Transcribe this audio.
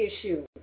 issue